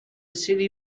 city